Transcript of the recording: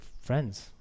friends